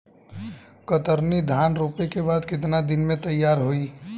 कतरनी धान रोपे के बाद कितना दिन में तैयार होई?